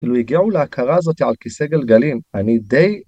כאילו הגיעו להכרה הזאת על כיסא גלגלים, אני די...